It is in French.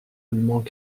allemand